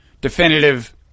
definitive